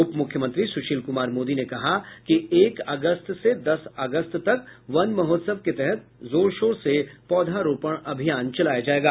उप मुख्यमंत्री सुशील कुमार मोदी ने कहा कि एक अगस्त से दस अगस्त तक वन महोत्सव के तहत जोर शोर से पौधा रोपण अभियान चलाया जायेगा